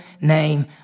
name